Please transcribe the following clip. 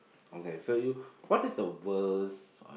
okay so you what's the worst